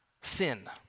sin